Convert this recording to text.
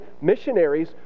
missionaries